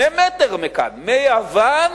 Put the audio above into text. שני מטרים מכאן, מיוון